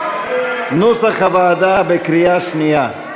נוסח הוועדה, בקריאה שנייה.